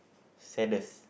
saddest